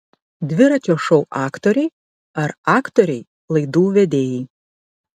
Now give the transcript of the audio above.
dviračio šou aktoriai ar aktoriai laidų vedėjai